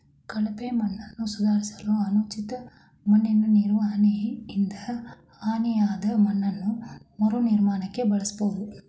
ಕಳಪೆ ಮಣ್ಣನ್ನು ಸುಧಾರಿಸಲು ಅನುಚಿತ ಮಣ್ಣಿನನಿರ್ವಹಣೆಯಿಂದ ಹಾನಿಯಾದಮಣ್ಣನ್ನು ಮರುನಿರ್ಮಾಣಕ್ಕೆ ಬಳಸ್ಬೋದು